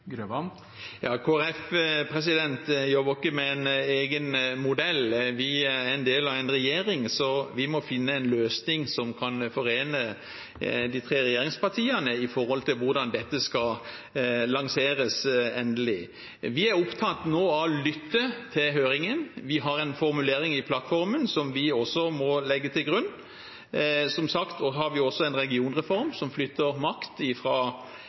jobber ikke med en egen modell. Vi er en del av en regjering, så vi må finne en løsning som kan forene de tre regjeringspartiene med hensyn til hvordan dette skal lanseres endelig. Vi er nå opptatt av å lytte til høringen. Vi har en formulering i plattformen som vi også må legge til grunn. Som sagt har vi også en regionreform som flytter makt fra sentralt hold – fra